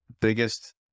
biggest